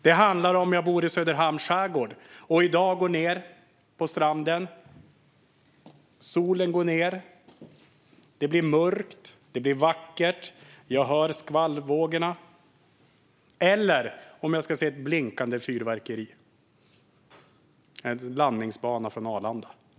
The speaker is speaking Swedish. Det handlar om att om jag bor i Söderhamns skärgård och går ned till stranden får se solen gå ned, det blir mörkt och vackert och jag hör svallvågorna, eller om jag ska se ett blinkande fyrverkeri - som en landningsbana på Arlanda.